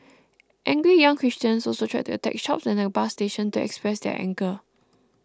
angry young Christians also tried to attack shops and a bus station to express their anger